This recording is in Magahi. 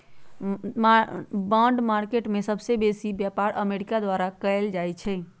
बॉन्ड मार्केट में सबसे बेसी व्यापार अमेरिका द्वारा कएल जाइ छइ